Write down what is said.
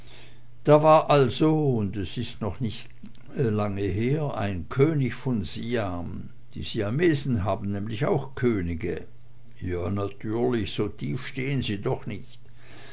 da war also und es ist noch gar nicht lange her ein könig von siam die siamesen haben nämlich auch könige nu natürlich so tief stehen sie doch nicht